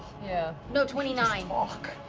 yeah no, twenty nine